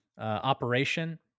operation